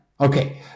Okay